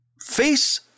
face